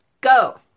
go